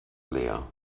leer